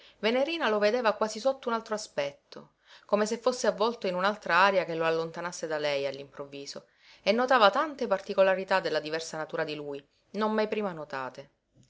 venerina lo vedeva quasi sotto un altro aspetto come se fosse avvolto in un'altra aria che lo allontanasse da lei all'improvviso e notava tante particolarità della diversa natura di lui non mai prima notate